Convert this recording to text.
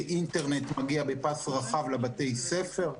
שאינטרנט מגיע בפס רחב לבתי הספר,